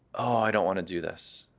i don't want to do this.